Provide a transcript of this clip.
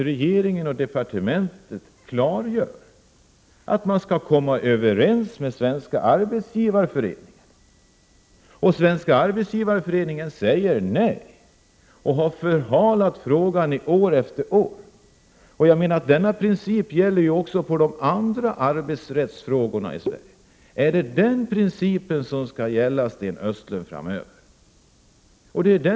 Regeringen och departementet klargör att man skall komma överens med Svenska arbetsgivareföreningen. Svenska arbetsgivareföreningen säger nej och har förhalat frågan år efter år. Denna princip gäller också på de andra arbetsrättsliga områdena. Är det den principen som skall gälla framöver, Sten Östlund?